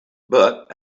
but